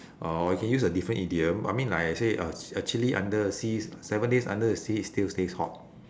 or you can use a different idiom I mean like I say uh actually under the sea seven days under the sea it still stays hot